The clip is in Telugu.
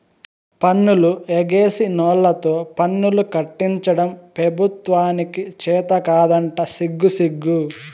పన్నులు ఎగేసినోల్లతో పన్నులు కట్టించడం పెబుత్వానికి చేతకాదంట సిగ్గుసిగ్గు